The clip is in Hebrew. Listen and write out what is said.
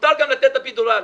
ומותר גם לתת אפידורל.